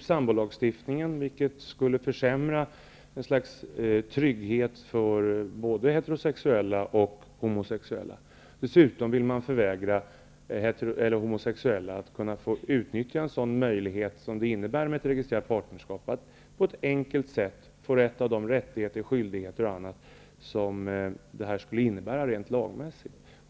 sambolagstiftningen, vilket skulle försämra tryggheten för både heterosexuella och homosexuella. Dessutom vill man förvägra de homosexuella att kunna utnyttja den möjlighet som ett registrerat partnerskap innebär att på ett enkelt sätt få del av de rättigheter och skyldigheter som ett sådant skulle innebära rent lagmässigt.